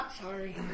sorry